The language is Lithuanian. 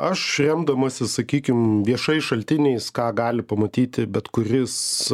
aš remdamasis sakykim viešais šaltiniais ką gali pamatyti bet kuris